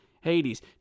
Hades